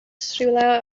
rhywle